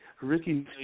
Ricky